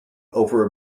over